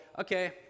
okay